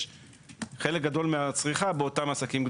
עליהם נטיל משטר אחר מאשר על עוסקים אחרים.